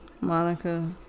Monica